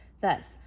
Thus